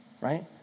right